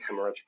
hemorrhagic